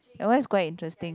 that one is quite interesting